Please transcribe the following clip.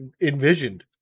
envisioned